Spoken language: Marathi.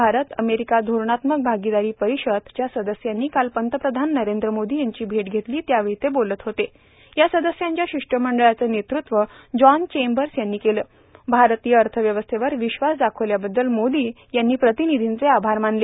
भारत अमेरिका धोरणात्मक भागिदारी परिषद अर्थात U S I S P F च्या सदस्यांनी काल पंतप्रधान नरेंद्र मोदी यांची भेट घेतली त्यावेळी ते बोलत होते या सदस्यांच्या शिष्टमंडळाचं नेतृत्व जोंन चेंम्बर्स यांनी केलं भारतीय अर्थव्यवस्थेवर विश्वास दाखवल्याबद्दल मोदी यांनी या प्रतिनिधींचे आभार मानले